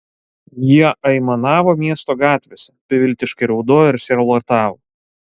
jie aimanavo miesto gatvėse beviltiškai raudojo ir sielvartavo